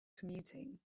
commuting